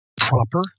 proper